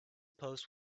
post